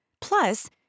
Plus